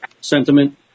sentiment